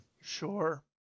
Sure